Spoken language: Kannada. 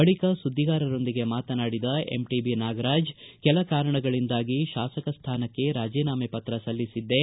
ಬಳಿಕ ಸುದ್ದಿಗಾರರೊಂದಿಗೆ ಮಾತನಾಡಿದ ಎಂಟಬಿ ನಾಗರಾಜ್ ಕೆಲ ಕಾರಣಗಳಿಂದಾಗಿ ಶಾಸಕ ಸ್ಟಾನಕ್ಕೆ ರಾಜೀನಾಮೆ ಪತ್ರ ಸಲ್ಲಿಸಿದ್ದೆ